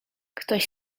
ktoś